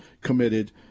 committed